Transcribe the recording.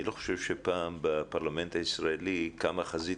אני לא חושב שפעם בפרלמנט הישראלי קמה חזית